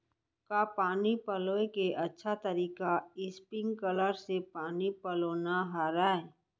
का पानी पलोय के अच्छा तरीका स्प्रिंगकलर से पानी पलोना हरय?